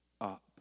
up